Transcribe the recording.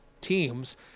teams